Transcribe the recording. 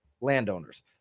landowners